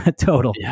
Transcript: total